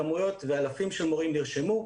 וכמויות ואלפים של מורים נרשמו,